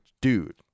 dude